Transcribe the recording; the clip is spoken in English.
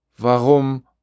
Warum